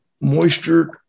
moisture